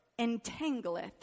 entangleth